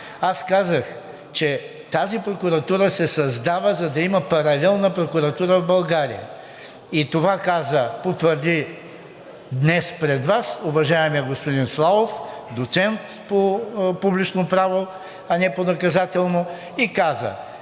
Аз казах, че тази прокуратура се създава, за да има паралелна прокуратура в България. И това потвърди днес пред Вас уважаемият господин Славов – доцент по публично право, а не по наказателно, и каза: